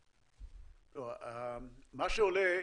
מה שעולה,